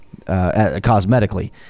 cosmetically